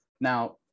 Now